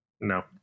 no